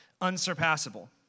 unsurpassable